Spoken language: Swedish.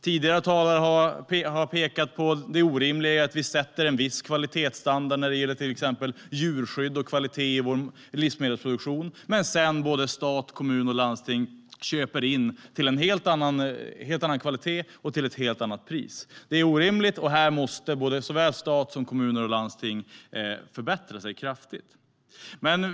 Tidigare talare har pekat på det orimliga i att vi sätter en viss kvalitetsstandard när det gäller till exempel djurskydd och kvalitet i vår livsmedelsproduktion och att sedan staten, kommuner och landsting köper in till en helt annan kvalitet och ett helt annat pris. Det är orimligt. Här måste såväl staten som kommuner och landsting förbättra sig kraftigt.